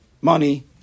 money